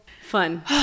fun